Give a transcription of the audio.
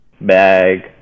Bag